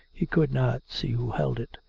he could not see who held it.